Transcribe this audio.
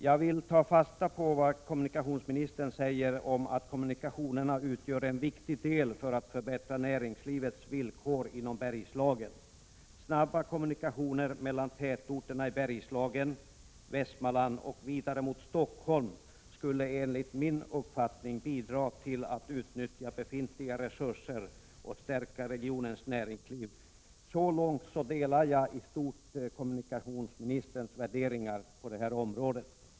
Jag vill ta fasta på att kommunikationsministern säger att ”kommunikationerna utgör en viktig del för att förbättra näringslivets villkor inom Bergslagsregionen”. Snabba kommunikationer mellan tätorterna i Bergslagen och Västmanland och vidare mot Stockholm skulle bidra till att utnyttja befintliga resurser och stärka regionens näringsliv. Så långt delar jag i stort kommunikationsministerns värderingar på det här området.